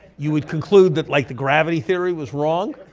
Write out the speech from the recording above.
you would conclude that like the gravity theory was wrong?